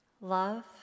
Love